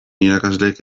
irakaslek